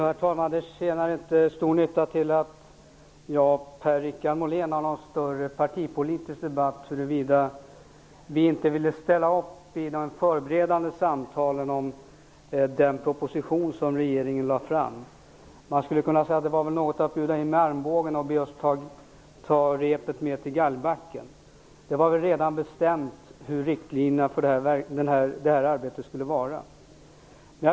Herr talman! Det är inte till stor nytta att jag och Per-Richard Molén har någon större partipolitisk debatt om huruvida vi inte ville ställa upp i de förberedande samtalen om den proposition som regeringen lade fram. Man skulle kunna säga att det var något av att bjuda in med armbågen och att be oss ta repet med till galgbacken -- det var väl redan bestämt hur riktlinjerna för det här arbetet skulle se ut.